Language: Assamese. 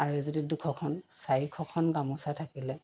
আৰু এই যদি দুশখন চাৰিশখন গামোচা থাকিলে